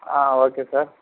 okay sir